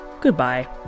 Goodbye